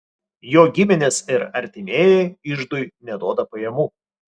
jo giminės ir artimieji iždui neduoda pajamų